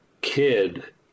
kid